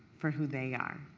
for who they are,